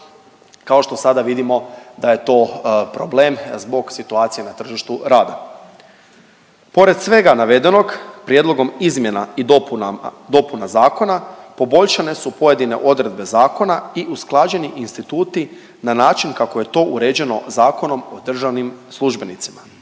kao što sada vidimo da je to problem zbog situacije na tržištu rada. Pored svega navedenog prijedlogom izmjena i dopunama, dopuna zakona poboljšane su pojedine zakona i usklađeni instituti na način kako je to uređeno Zakonom o državnim službenicima.